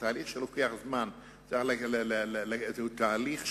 זהו תהליך שלם,